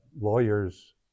Lawyers